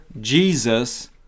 Jesus